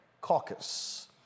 Caucus